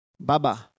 baba